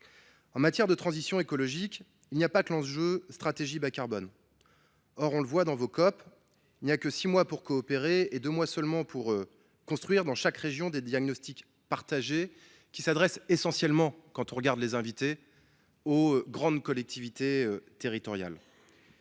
En matière de transition écologique, il n’y a pas que l’enjeu stratégie bas carbone. Or, dans vos COP, il n’y a que six mois pour coopérer et deux mois seulement pour construire dans chaque région des diagnostics partagés, qui s’adressent essentiellement – quand on regarde les invités – aux grandes collectivités territoriales.